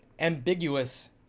ambiguous